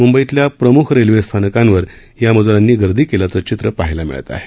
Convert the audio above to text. मुंबईतल्या प्रमुख रेल्वे स्थानकांवर या मज्रांनी गर्दी केल्य़ाचं चित्र पहायला मिळत आहे